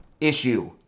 issue